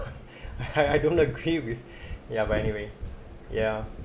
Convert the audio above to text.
I I don't agree with ya but anyway ya